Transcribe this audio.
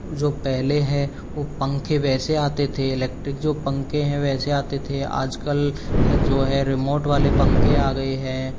और जो पहले है वो पंखे वैसे आते थे इलेक्ट्रिक जो पंखे है वैसे आते थे आजकल है जो है रिमोट वाले पंखे आ गए हैं